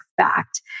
fact